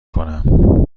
کنم